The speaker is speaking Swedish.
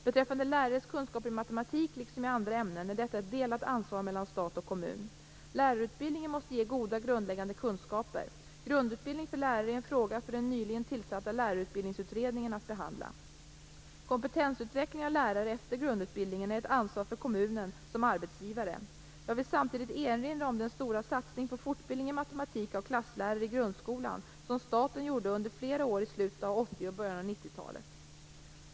Beträffande lärares kunskaper i matematik, liksom i andra ämnen, är detta ett delat ansvar mellan stat och kommun. Lärarutbildningen måste ge goda grundläggande kunskaper. Grundutbildning för lärare är en fråga för den nyligen tillsatta lärarutbildningsutredningen att behandla. Kompetensutveckling av lärare efter grundutbildningen är ett ansvar för kommunen som arbetsgivare. Jag vill samtidigt erinra om den stora satsningen på fortbildning i matematik av klasslärare i grundskolan, som staten gjorde under flera år i slutet av 1980-talet och i början av 1990-talet.